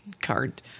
card